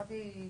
בדיוק,